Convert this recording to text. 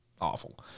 awful